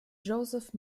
joseph